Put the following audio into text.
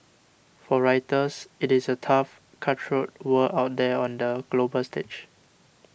for writers it is a tough cutthroat world out there on the global stage